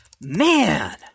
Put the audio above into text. man